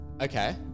Okay